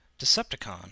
Decepticon